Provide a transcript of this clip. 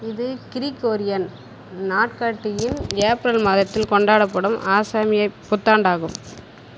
இது கிரிகோரியன் நாட்காட்டியின் ஏப்ரல் மாதத்தில் கொண்டாடப்படும் ஆசாமியப் புத்தாண்டாகும்